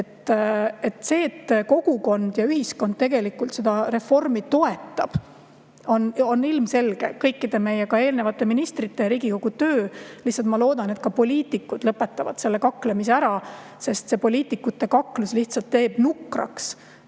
See, et kogukond ja ühiskond tegelikult seda reformi toetavad, on ilmselge. Kõikide meie, ka eelnevate ministrite ja Riigikogu töö – lihtsalt ma loodan, et ka poliitikud lõpetavad kaklemise ära. See poliitikute kaklus lihtsalt teeb nukraks